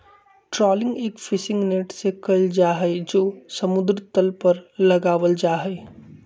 trawling एक fishing net से कइल जाहई जो समुद्र तल पर लगावल जाहई